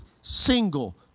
single